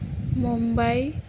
Mumbai